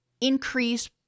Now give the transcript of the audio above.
increase